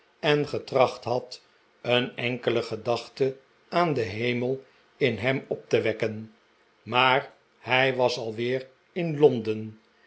en getracht had een enkele gedachte aan den hemel in hem op te wekken maar hij was alweer in londen